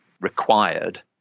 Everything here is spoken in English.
required